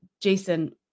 Jason